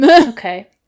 Okay